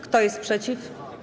Kto jest przeciw?